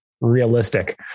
realistic